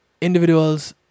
individuals